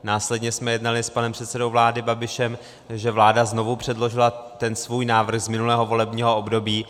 Následně jsme jednali s panem předsedou vlády Babišem, takže vláda znovu předložila ten svůj návrh z minulého volebního období.